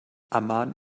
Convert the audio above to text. amman